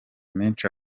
menshi